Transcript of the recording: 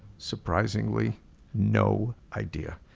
surprisingly no idea.